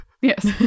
Yes